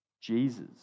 Jesus